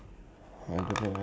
ya I will try ask